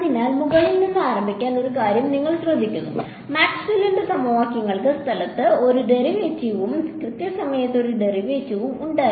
അതിനാൽ മുകളിൽ നിന്ന് ആരംഭിക്കാൻ ഒരു കാര്യം നിങ്ങൾ ശ്രദ്ധിക്കുന്നു മാക്സ്വെല്ലിന്റെ സമവാക്യങ്ങൾക്ക് സ്ഥലത്ത് ഒരു ഡെറിവേറ്റീവും കൃത്യസമയത്ത് ഒരു ഡെറിവേറ്റീവും ഉണ്ടായിരുന്നു